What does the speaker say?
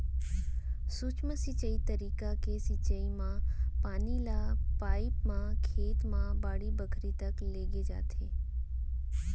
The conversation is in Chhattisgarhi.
सूक्ष्म सिंचई तरीका के सिंचई म पानी ल पाइप म खेत म बाड़ी बखरी तक लेगे जाथे